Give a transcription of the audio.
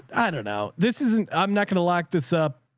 i dunno this isn't i'm not going to lock this up.